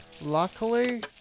Luckily